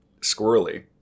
squirrely